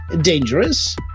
Dangerous